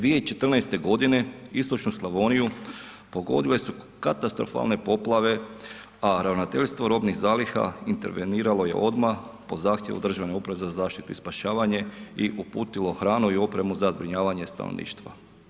2014. istočnu Slavoniju pogodile su katastrofalne poplave a Ravnateljstvo robnih zaliha interveniralo je odmah po zahtjevu Državne uprave za zaštitu i spašavanje i uputilo hranu i opremu za zbrinjavanje stanovništva.